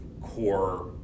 core